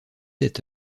sept